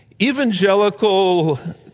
evangelical